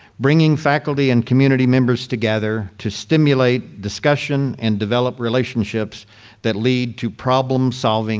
bringing faculty and community members together to stimulate discussion and develop relationships that lead to problem-solving